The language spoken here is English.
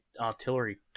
artillery